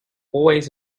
always